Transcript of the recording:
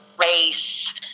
race